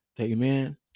Amen